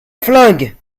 flingue